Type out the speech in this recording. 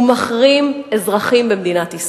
הוא מחרים אזרחים במדינת ישראל.